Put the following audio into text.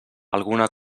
alguna